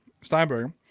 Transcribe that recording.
Steinberg